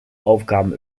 aufgaben